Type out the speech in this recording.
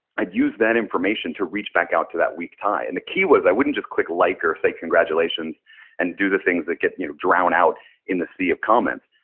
i'd use that information to reach back out to that weak tie. and the key was i wouldn't just click like or say congratulations and do the things that get you know drown out in the sea of comment.